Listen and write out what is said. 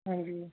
ਹਾਂਜੀ